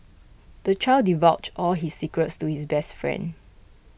the child divulged all his secrets to his best friend